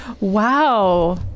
wow